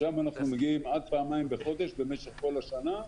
משם אנחנו מגיעים עד פעמיים בחודש במשך כל השנה,